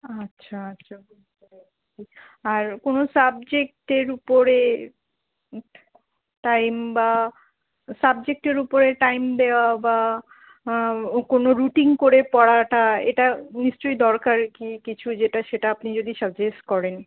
আচ্ছা আচ্ছা বুঝতে পেরেছি আর কোনো সাবজেক্টের উপরে টাইম বা সাবজেক্টের উপরে টাইম দেওয়া বা কোনো রুটিং করে পড়াটা এটা নিশ্চয়ই দরকার কি কিছু যেটা সেটা আপনি যদি সাজেস্ট করেন